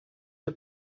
you